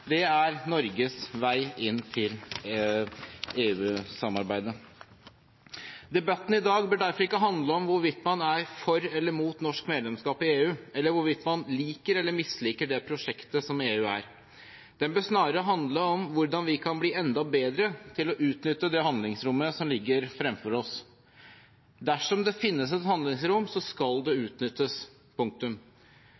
Det er Norges vei inn til EU-samarbeidet. Debatten i dag bør derfor ikke handle om hvorvidt man er for eller imot norsk medlemskap i EU, eller hvorvidt man liker eller misliker det prosjektet som EU er. Den bør snarere handle om hvordan vi kan bli enda bedre til å utnytte det handlingsrommet som ligger fremfor oss. Dersom det finnes et handlingsrom, skal det